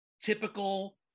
typical